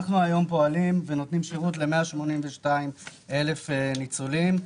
אנחנו נותנים שירות ל-182,000 ניצולים.